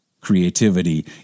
Creativity